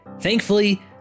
thankfully